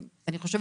אני חושבת,